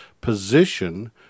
position